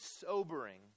sobering